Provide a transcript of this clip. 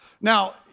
Now